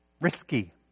Risky